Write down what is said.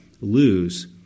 lose